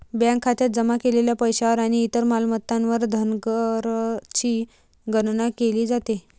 bank खात्यात जमा केलेल्या पैशावर आणि इतर मालमत्तांवर धनकरची गणना केली जाते